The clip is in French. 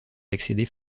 accéder